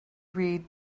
read